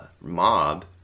mob